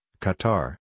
Qatar